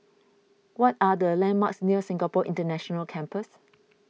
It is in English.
what are the landmarks near Singapore International Campus